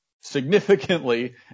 significantly